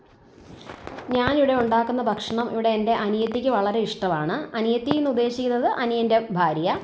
ഞാനിവിടെ ഉണ്ടാക്കുന്ന ഭക്ഷണം ഇവിടെ എൻ്റെ അനിയത്തിയ്ക്ക് വളരെ ഇഷ്ടമാണ് അനിയത്തിയെന്ന് ഉദ്ദേശിക്കുന്നത് അനിയൻ്റെ ഭാര്യ